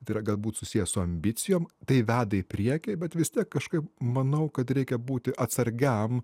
yra galbūt susiję su ambicijom tai veda į priekį bet vis tiek kažkaip manau kad reikia būti atsargiam